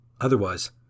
Otherwise